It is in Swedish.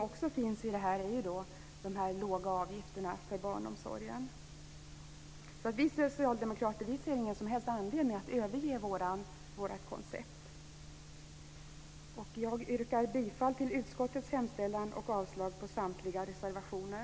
Vi har ju också de låga avgifterna för barnomsorgen. Vi socialdemokrater ser alltså ingen som helst anledning att överge vårt koncept. Jag yrkar bifall till förslaget i betänkandet och avslag på samtliga reservationer.